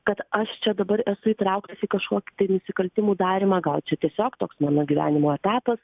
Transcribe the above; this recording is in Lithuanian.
kad aš čia dabar esu įtrauktas į kažkokį tai nusikaltimų darymą gal čia tiesiog toks mano gyvenimo etapas